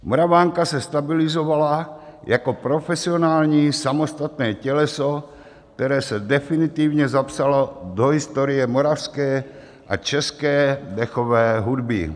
Moravanka se stabilizovala jako profesionální samostatné těleso, které se definitivně zapsalo do historie moravské a české dechové hudby.